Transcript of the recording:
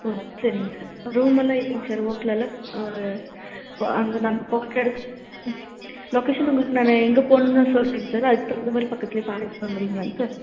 போகிறேன் சரிங்க சார் ரூமெல்லாம் எப்படிங்க சார் ஹோட்டலல்லாம் அந்த நாங்கள் போக்கிறது இடத்துக்கு லொக்கேஷன் உங்களுக்கு நான் எங்கே போகணும்னு நான் சொல்கிறேங்க சார் அதுக்கு தகுந்த மாதிரி பக்கத்திலயே பாருங்கள் சார் முடியுதுங்களாங்க சார்